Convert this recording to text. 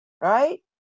right